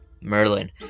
Merlin